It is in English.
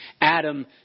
Adam